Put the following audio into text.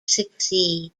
succeed